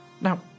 Now